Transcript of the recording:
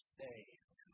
saved